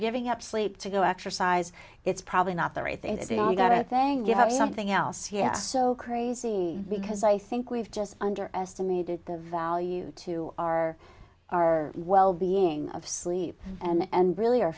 giving up sleep to go exercise it's probably not the right thing to say i got that thing you have something else yes so crazy because i think we've just underestimated the value to our our well being of sleep and really